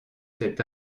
cet